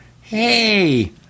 hey